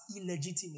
illegitimate